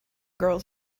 girls